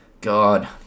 God